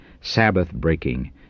Sabbath-breaking